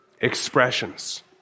expressions